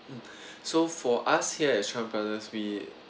so for us here as chan brother's we